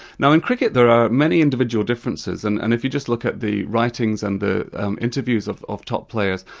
now in cricket there are many individual differences, and and if you just look at the writings and the interviews of of top players,